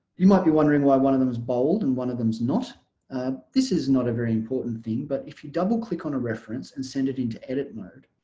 you might be wondering why one of them is bold and one of them's not this is not a very important thing but if you double-click on a reference and send it into edit mode.